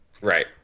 Right